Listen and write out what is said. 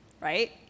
right